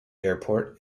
airport